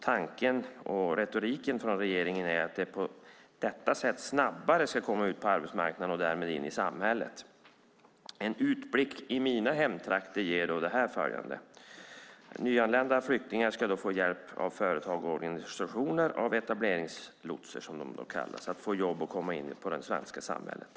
Tanken och retoriken från regeringen är att man på detta sätt snabbare ska komma ut på arbetsmarknaden och därmed in i samhället. Nyanlända flyktingar ska få hjälp av företag och organisationer och av etableringslotsar, som de kallas, för att få jobb och komma in i det svenska samhället.